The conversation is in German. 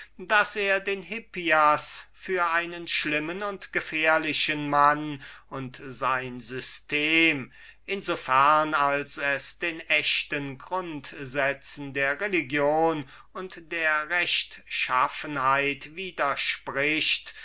daß wir den hippias für einen schlimmen und gefährlichen mann und sein system in so fern es den echten grundsätzen der religion und der rechtschaffenheit widerspricht